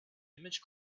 image